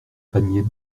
panier